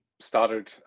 started